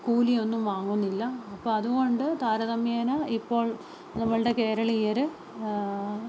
കൂലിയൊന്നും വാങ്ങുന്നില്ല അപ്പോള് അതുകൊണ്ട് താരതമ്യേന ഇപ്പോൾ നമ്മുടെ കേരളീയര്